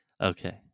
Okay